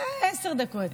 עשר דקות.